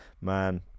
man